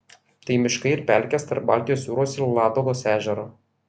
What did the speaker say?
tai miškai ir pelkės tarp baltijos jūros ir ladogos ežero